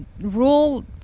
rule